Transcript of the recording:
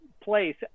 place